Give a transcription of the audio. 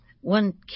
one